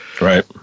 Right